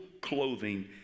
clothing